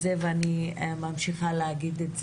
ואני ממשיכה להגיד,